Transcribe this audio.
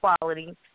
quality